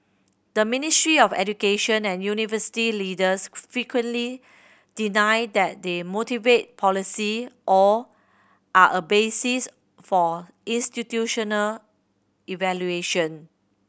the Ministry of Education and university leaders frequently deny that they motivate policy or are a basis for institutional evaluation